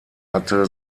hatte